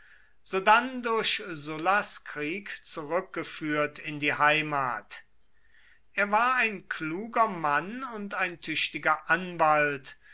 sodann durch sullas krieg zurückgeführt in die heimat er war ein kluger mann und ein tüchtiger anwalt